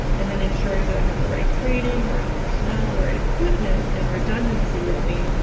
and then ensuring that i have the right training, the right personnel, the right equipment, and redundancy with me,